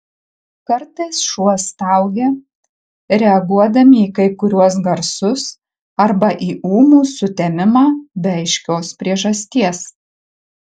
kartais šuo staugia reaguodami į kai kuriuos garsus arba į ūmų sutemimą be aiškios priežasties